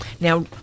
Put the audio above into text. Now